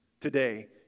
today